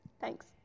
Thanks